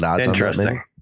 Interesting